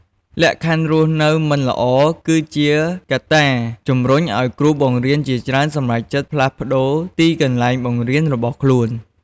លក្ខខណ្ឌរស់នៅមិនល្អ គឺជាកត្តាជំរុញឲ្យគ្រូបង្រៀនជាច្រើនសម្រេចចិត្តផ្លាស់ប្តូរទីកន្លែងបង្រៀនរបស់ខ្លួន។